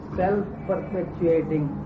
self-perpetuating